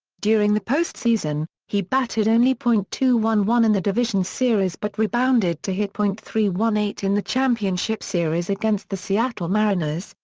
during the postseason, he batted only point two one one in the division series but rebounded to hit point three one eight in the championship series against the seattle mariners,